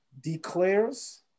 declares